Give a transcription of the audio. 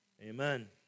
Amen